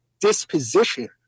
disposition